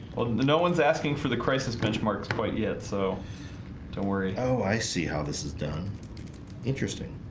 the no one's asking for the crisis benchmarks quite yet, so don't worry. oh, i see how this is done interesting